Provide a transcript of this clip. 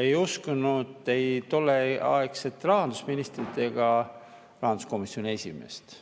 ei uskunud ei tolleaegset rahandusministrit ega rahanduskomisjoni esimeest.